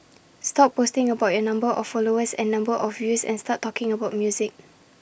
stop posting about your number of followers and number of views and start talking about music